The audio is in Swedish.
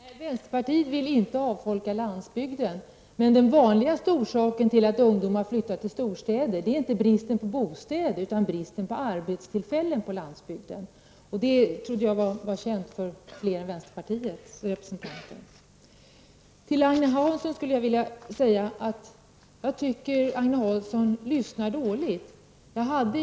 Herr talman! Nej, vänsterpartiet vill inte avfolka landsbygden. Men den vanligaste orsaken till att ungdomar flyttar till storstäder är inte brist på bostäder utan brist på arbetstillfällen på landsbygden. Det trodde jag var känt för fler än vänsterpartiets representanter. Till Agne Hansson vill jag säga att jag tycker att han lyssnar dåligt.